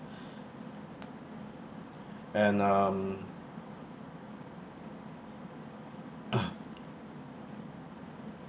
and um